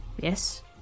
Yes